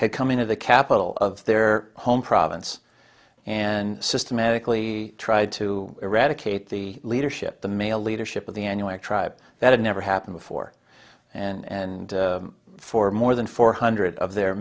had come into the capital of their home province and systematically tried to eradicate the leadership the male leadership of the n u i tribe that had never happened before and for more than four hundred of their